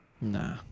Nah